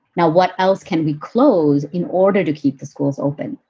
now, what else can we close in order to keep the schools open?